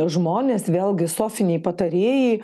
žmonės vėlgi sofiniai patarėjai